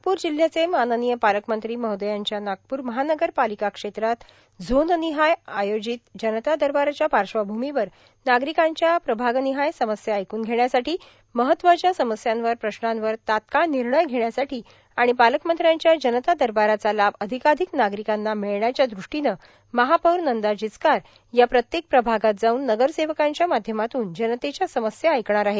नागपूर जिल्ह्याचे माननीय पालकमंत्री महोदयांच्या नागपूर महानगरपालिका क्षेत्रात झोननिहाय आयोजित जनता दरबाराच्या पार्श्वभूमीवर नागरिकांच्या प्रभागनिहाय समस्या ऐकन घेण्यासाठी महत्त्वाच्या समस्यांवर प्रश्नांवर तात्काळ निर्णय घेण्यासाठी आणि पालकमंत्र्यांच्या जनता दरबाराचा लाभ अधिकाधिक नागरिकांना मिळण्याच्या दृष्टीने महापौर नंदा जिचकार या प्रत्येक प्रभागात जाऊन नगरसेवकांच्या माध्यमातून जनतेच्या समस्या ऐकणार आहेत